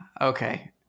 okay